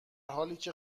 حالیکه